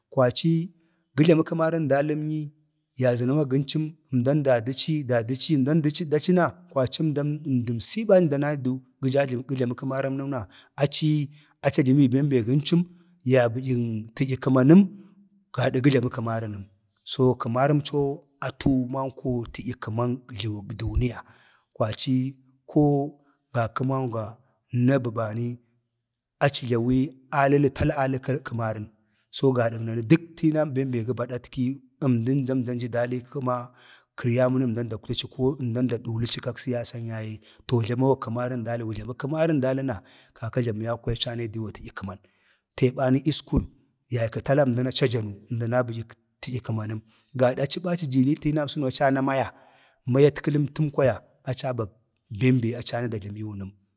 ﻿kwacii gə jləmə kəmarən dalim yi ya zəno ma gəncəm, əmdan da dəci da dəci əmdan daci na kwaci əmdəm sii bani əmdan anayi du, gə jləmə kəmarənəm na, aci yi aci jlami gi bem be gəncəm, ya bədyən tədyə kəmanəm, gada gə jləmə kəma rənəm, so kəmarəmco atu manko tədya, kəman jləwək duniya, kwaci koo gakəm angwa nabi bani aci jlawii dək kəmarən gadak nanu duwo duk əmdan dadyə ci ada kərmayin yaye to əmdan də jləma kəmarən dali na kaka jləmə yau kwaya aci anayi diwa tak kəman. iisku yaykə tala əmdan a cajanu yaykək ta kəmanə gada aci ba aci jii tinamsəno acə ana maya, mayat kəli əmtəm kwaya aci abak bem be aci anayi da baliiwun nəm.